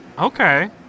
Okay